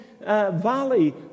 Valley